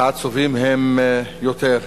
והעצובים הם רבים יותר.